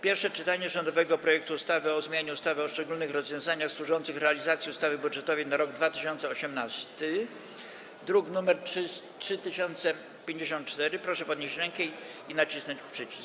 Pierwsze czytanie rządowego projektu ustawy o zmianie ustawy o szczególnych rozwiązaniach służących realizacji ustawy budżetowej na rok 2018, druk nr 3054, proszę podnieść rękę i nacisnąć przycisk.